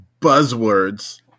buzzwords